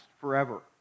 forever